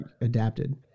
adapted